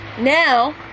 now